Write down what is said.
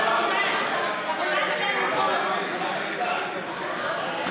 הכנסת העשרים-ואחת, התשע"ט 2019, נתקבלה.